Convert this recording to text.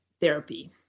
therapy